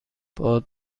باد